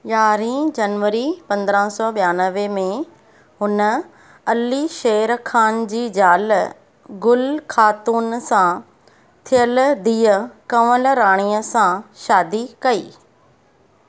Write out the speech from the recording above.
यारहीं जनवरी पंद्राहं सौ बियानवे में हुन अली शेर खान जी ज़ाल गुल खातून सां थियल धीअ कंवल राणीअ सां शादी कई